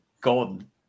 golden